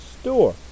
Store